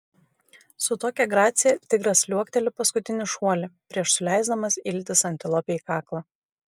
su tokia gracija tigras liuokteli paskutinį šuolį prieš suleisdamas iltis antilopei į kaklą